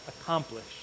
accomplish